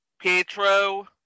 Pietro